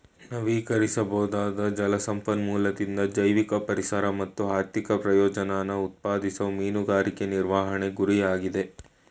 ನವೀಕರಿಸಬೊದಾದ ಜಲ ಸಂಪನ್ಮೂಲದಿಂದ ಜೈವಿಕ ಪರಿಸರ ಮತ್ತು ಆರ್ಥಿಕ ಪ್ರಯೋಜನನ ಉತ್ಪಾದಿಸೋದು ಮೀನುಗಾರಿಕೆ ನಿರ್ವಹಣೆ ಗುರಿಯಾಗಿದೆ